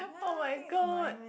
[oh]-my-god